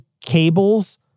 cables